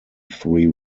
three